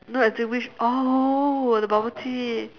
no as in which oh the bubble tea